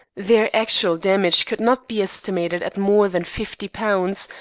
their actual damage could not be estimated at more than fifty pounds,